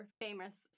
Famous